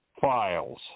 files